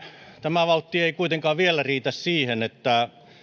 tämä vauhti ei kuitenkaan vielä riitä siihen että